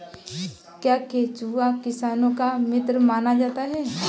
क्या केंचुआ किसानों का मित्र माना जाता है?